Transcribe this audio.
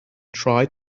tried